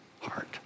heart